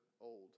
old